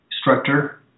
structure